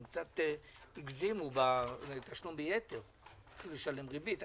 הם קצת הגזימו בתשלום ביתר, צריכים לשלם ריבית.